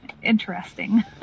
Interesting